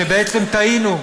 שבעצם טעינו,